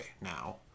now